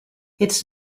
its